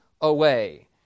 away